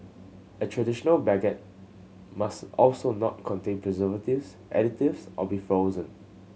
a traditional baguette must also not contain preservatives additives or be frozen